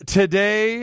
today